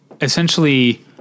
essentially